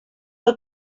que